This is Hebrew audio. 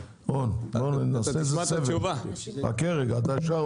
רון, חכה רגע, נעשה סבב.